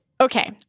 Okay